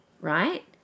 right